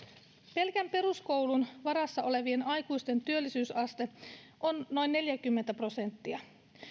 pelkän peruskoulun varassa olevien aikuisten työllisyysaste on noin neljäkymmentä prosenttia